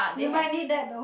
you might need that though